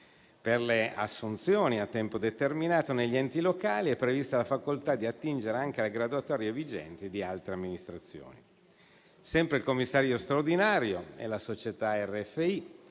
Per le assunzioni a tempo determinato negli enti locali è prevista la facoltà di attingere anche alle graduatorie vigenti di altre amministrazioni. Sempre il commissario straordinario e la società RFI